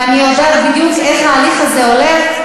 ואני יודעת בדיוק איך ההליך הזה הולך.